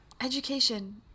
education